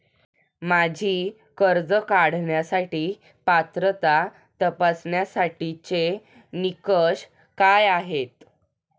माझी कर्ज काढण्यासाठी पात्रता तपासण्यासाठीचे निकष काय आहेत?